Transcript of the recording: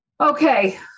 okay